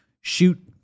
shoot